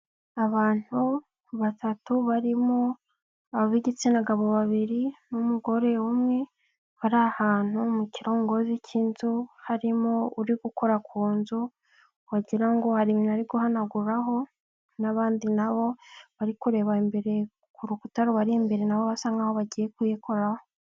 Abantu batatu barimo ab'igitsina gabo babiri n'umugore umwe, bari ahantu mu kirongozi k'inzu harimo uri gukora ku nzu, wagira ngo hari ibintu ari guhanaguraho, n'abandi nabo bari kureba imbere ku rukuta rubari imbere nabo basa nk'aho bagiye kuyikoraho.